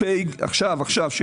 שייערכו עכשיו.